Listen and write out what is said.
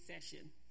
session